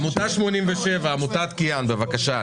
העמותה האמורה קיבלה תמיכות ממשרד החינוך וכן מרשויות